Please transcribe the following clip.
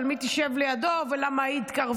חבר הכנסת בן ארי, זה חמש דקות, בבקשה.